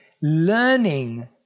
learning